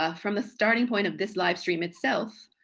ah from the starting point of this livestream itself,